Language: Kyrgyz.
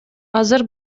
азыр